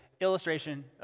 illustration